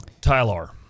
tyler